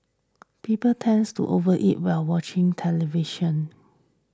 people tends to overeat while watching television